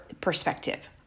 perspective